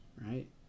right